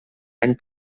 any